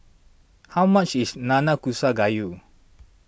how much is Nanakusa Gayu